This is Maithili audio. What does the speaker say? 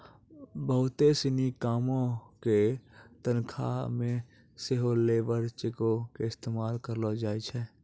बहुते सिनी कामो के तनखा मे सेहो लेबर चेको के इस्तेमाल करलो जाय छै